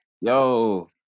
yo